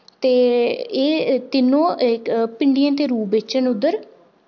ते एह् तिन्नो इक पिंडियें दे रूप बिच न उद्धर